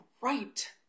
right